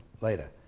later